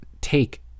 take